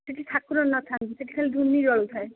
ସେଠି ଠାକୁର ନଥାନ୍ତି ସେଠି ଖାଲି ଧୁନି ଜଳୁଥାଏ